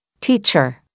teacher